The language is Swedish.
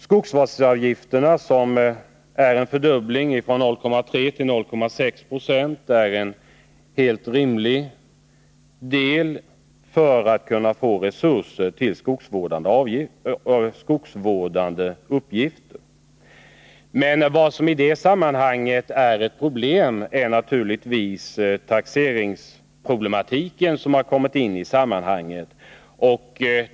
Skogsvårdsavgifterna föreslås fördubblade från 0,3 till 0,6 76, och det är helt rimligt att ta ut en sådan avgift för att kunna få resurser till skogsvårdande uppgifter. Ett problem därvidlag är naturligtvis taxeringsvärdena, som har kommit in i det här sammanhanget.